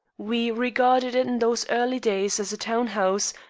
we regarded it in those early days as a town house,